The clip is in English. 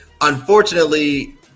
Unfortunately